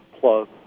Plus